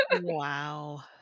Wow